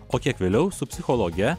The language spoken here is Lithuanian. o kiek vėliau su psichologe